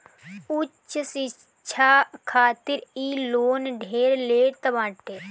उच्च शिक्षा खातिर इ लोन ढेर लेत बाटे